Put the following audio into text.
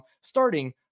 starting